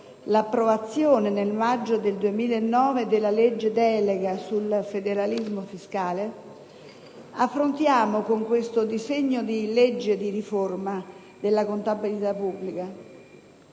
l'approvazione nel maggio 2009 della legge delega sul federalismo fiscale, con questo disegno di legge di riforma della contabilità pubblica